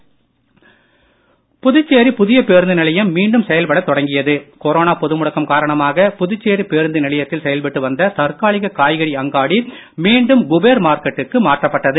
புதுச்சேரி பேருந்து நிலையம் புதுச்சேரி பேருந்து நிலையம் மீண்டும் செயல்பட தொடங்கியது கொரேனா பொது முடக்கம் காரணமாக புதுச்சேரி பேருந்து நிலையத்தில் செயல்பட்டு வந்த தற்காலிக காய்கறி அங்காடி நேற்று மீண்டும் குபேர் மார்க்கெட்டுக்கு மாற்றப்பட்டது